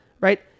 right